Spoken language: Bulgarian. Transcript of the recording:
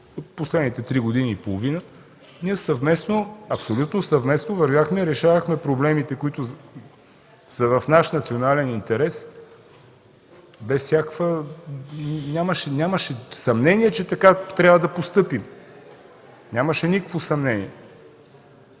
последните три години и половина съм в политиката. Ние абсолютно съвместно вървяхме, решавахме проблемите, които са в наш национален интерес. Нямаше съмнение, че така трябва да постъпим. Нямаше никакво съмнение.